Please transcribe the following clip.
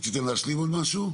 רציתם להשלים עוד משהו?